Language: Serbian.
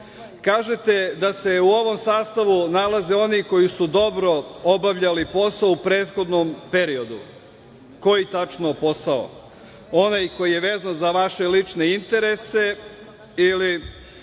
Kažete da se u ovom sastavu nalaze oni koji su dobro obavljali posao u prethodnom periodu. Koji tačno posao? Onaj koji je vezan za vaše lične interese ili? No,